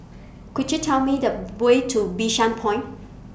Could YOU Tell Me The Way to Bishan Point